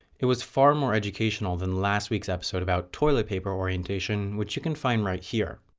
it was far more educational than last week's episode about toiler paper orientation which you can find right here.